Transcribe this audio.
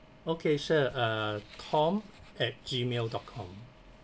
okay sure uh tom at gmail dot com